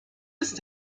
ist